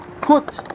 put